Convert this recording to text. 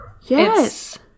Yes